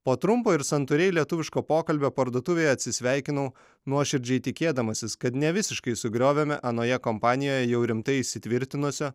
po trumpo ir santūriai lietuviško pokalbio parduotuvėje atsisveikinau nuoširdžiai tikėdamasis kad nevisiškai sugriovėme anoje kompanijoje jau rimtai įsitvirtinusio